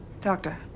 Doctor